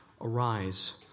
Arise